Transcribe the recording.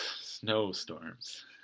snowstorms